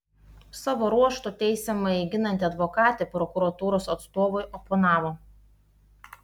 savo ruožtu teisiamąjį ginanti advokatė prokuratūros atstovui oponavo